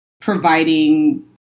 providing